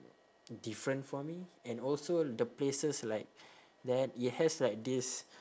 different for me and also the places like there it has like this